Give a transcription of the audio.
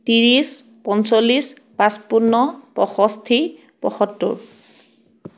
ত্ৰিছ পঞ্চল্লিছ পঁচপন্ন পঁয়ষষ্ঠি পয়সত্তৰ